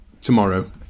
tomorrow